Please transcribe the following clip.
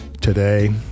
today